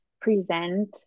present